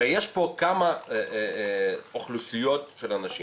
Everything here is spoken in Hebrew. הרי יש פה כמה אוכלוסיות של אנשים.